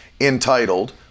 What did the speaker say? entitled